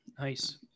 Nice